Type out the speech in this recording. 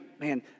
man